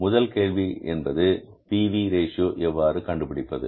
முதல் கேள்வி என்பது P V ratio PV Ratio எவ்வாறு கண்டுபிடிப்பது